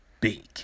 big